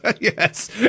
Yes